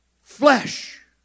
flesh